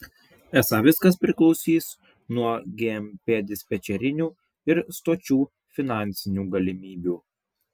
esą viskas priklausys nuo gmp dispečerinių ir stočių finansinių galimybių